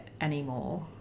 anymore